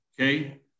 okay